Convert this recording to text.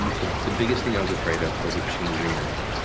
and the the biggest thing i was afraid of was it changing our game.